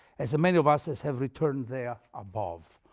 as many of us as have returned there above.